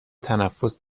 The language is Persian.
تنفس